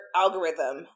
algorithm